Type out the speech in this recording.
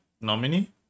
nominee